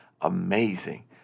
amazing